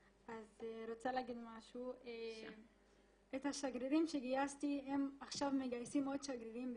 אני רוצה להגיד משהו השגרירים שגייסתי עכשיו מגייסים עוד שגרירים.